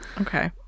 Okay